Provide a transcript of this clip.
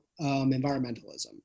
environmentalism